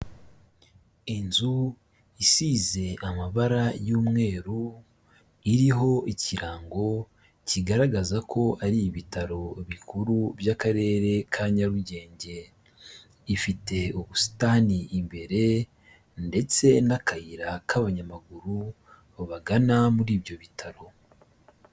Inzu isize amabara y'umweru, iriho ikirango kigaragaza ko ari ibitaro bikuru by'akarere ka Nyarugenge, ifite ubusitani imbere ndetse n'akayira k'abanyamaguru bagana muri ibyo bitaro.